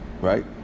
right